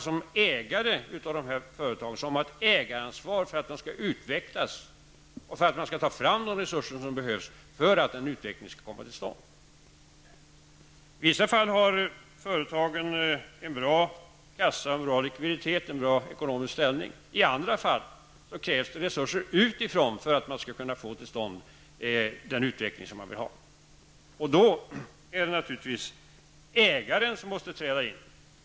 Som ägare av dessa företag har man ett ansvar för att de skall utvecklas och för att ta fram de resurser som behövs för att en utveckling skall komma till stånd. I vissa fall har företagen en bra kassa och likviditet och en god ekonomisk ställning. I andra fall krävs det resurser utifrån för att man skall kunna få till stånd den utveckling som man vill ha, och då är det naturligtvis ägaren som måste träda in.